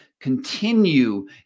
continue